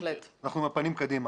אנחנו עם הפנים קדימה.